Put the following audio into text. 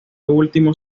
último